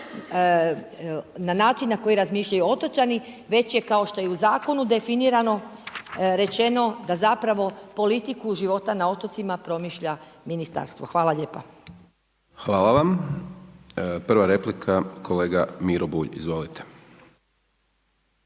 na način na koji razmišljaju otočani već je kao što je i u zakonu definirano, rečeno da zapravo politiku života na otocima promišlja ministarstvo. Hvala lijepa. **Hajdaš Dončić, Siniša (SDP)** Hvala vam. Prva replika, kolega Miro Bulj, izvolite.